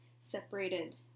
separated